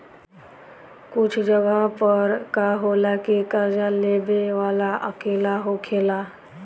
कुछ जगह पर का होला की कर्जा देबे वाला अकेला होखेला